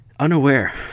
Unaware